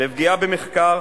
לפגיעה במחקר,